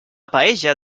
paella